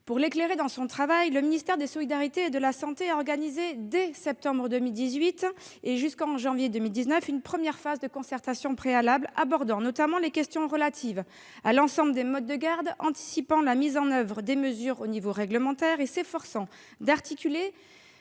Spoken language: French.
Pour l'éclairer dans son travail, le ministère des solidarités et de la santé a organisé dès septembre 2018- et jusqu'en janvier 2019 -une première phase de concertation préalable abordant notamment les questions relatives à l'ensemble des modes de garde, anticipant la mise en oeuvre des mesures au niveau réglementaire et s'efforçant d'articuler